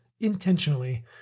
intentionally